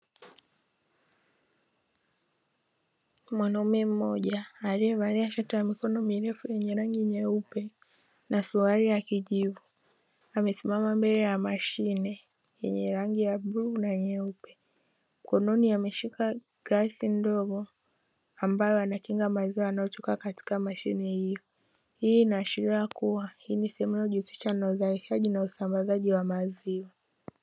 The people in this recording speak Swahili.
Mwanaume mmoja aliyevalia shati la mikono mirefu lenye rangi nyeupe na suruhari ya kijivu amesimama mbele ya mashine yenye rangi ya bluu na nyeupe, mkononi ameshika glasi ndogo ambayo anakinga maziwa anachukua katika mashine hiyo. Hii ni kuwa ni sehemu inayojihusisha na uuzaji na usambazaji wa maziwa.